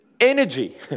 energy